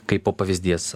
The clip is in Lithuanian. kaipo pavyzdys